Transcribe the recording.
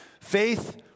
Faith